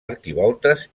arquivoltes